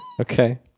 Okay